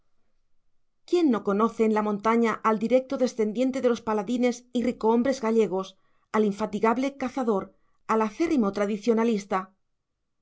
quién no conoce en la montaña al directo descendiente de los paladines y ricohombres gallegos al infatigable cazador al acérrimo tradicionalista